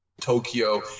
Tokyo